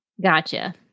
Gotcha